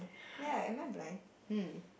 ya am I blind hmm